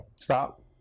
Stop